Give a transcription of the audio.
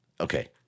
Okay